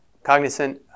cognizant